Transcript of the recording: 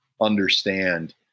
understand